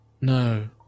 No